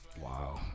wow